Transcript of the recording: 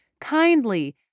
kindly